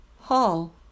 Hall